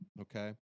Okay